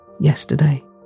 Yesterday